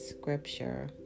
scripture